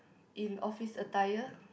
in office attire